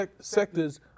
sectors